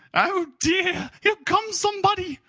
oh, dear, here comes somebody!